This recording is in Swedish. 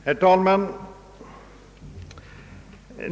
Herr talman!